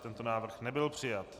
Tento návrh nebyl přijat.